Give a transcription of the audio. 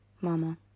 Mama